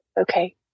Okay